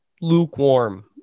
lukewarm